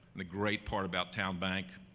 the great part about town bank,